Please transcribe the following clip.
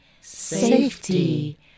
safety